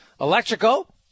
Electrical